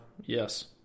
Yes